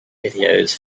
videos